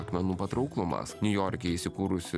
akmenų patrauklumas niujorke įsikūrusi